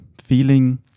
feeling